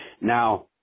Now